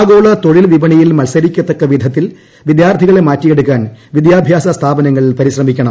ആഗോള തൊഴിൽ വിപണിയിൽ മത്സരിക്കത്തക്ക വിധത്തിൽ വിദ്യാർത്ഥികളെ മാറ്റിയെടുക്കാൻ വിദ്യാഭ്യാസ സ്ഥാപനങ്ങൾ പരിശ്രമിക്കണം